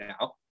now